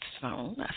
phone